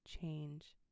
change